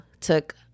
took